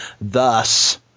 thus